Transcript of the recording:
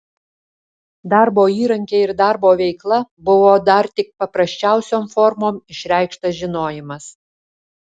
darbo įrankiai ir darbo veikla buvo dar tik paprasčiausiom formom išreikštas žinojimas